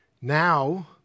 now